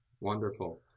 Wonderful